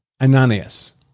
Ananias